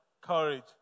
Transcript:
courage